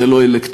זה לא אלקטורלי,